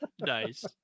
Nice